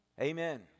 Amen